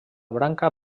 branca